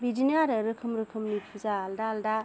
बिदिनो आरो रोखोम रोखोमनि फुजा आलदा आलदा